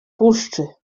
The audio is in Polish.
puszczy